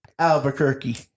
Albuquerque